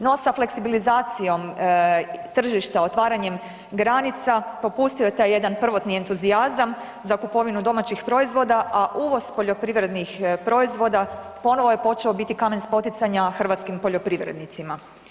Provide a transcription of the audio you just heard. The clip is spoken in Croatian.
No, sa fleksibilizacijom tržišta, otvaranjem granica, popustio je taj jedan prvotni entuzijazam za kupovinu domaćih proizvoda, a uvoz poljoprivrednih proizvoda ponovo je počeo biti kamen spoticanja hrvatskim poljoprivrednicima.